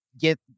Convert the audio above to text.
get